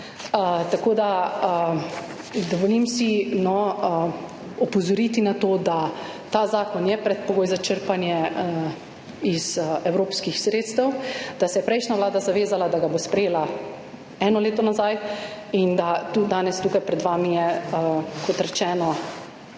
Tako da si dovolim opozoriti na to, da je ta zakon predpogoj za črpanje iz evropskih sredstev, da se je prejšnja vlada zavezala, da ga bo sprejela eno leto nazaj in da je danes tukaj pred vami, kot rečeno,